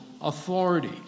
authority